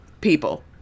people